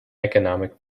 economic